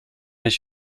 ich